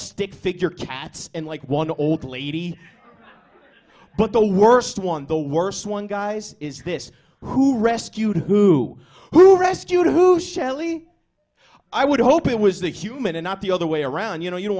stick figure cats and like one old lady but the worst one the worst one guys is this who rescued who who rescued who shelly i would hope it was the human and not the other way around you know you